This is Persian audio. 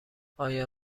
آیا